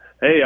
Hey